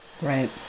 Right